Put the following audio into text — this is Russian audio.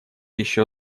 еще